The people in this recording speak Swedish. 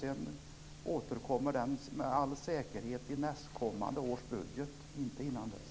Frågan återkommer med all säkerhet i nästkommande års budget - inte innan dess.